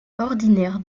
ordinaire